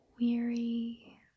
weary